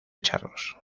charros